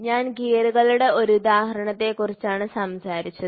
ഞാൻ ഗിയറുകളുടെ ഒരു ഉദാഹരണത്തെക്കുറിച്ചാണ് സംസാരിച്ചത്